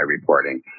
reporting